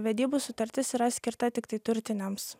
vedybų sutartis yra skirta tiktai turtiniams